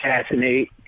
assassinate